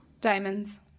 Diamonds